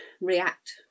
react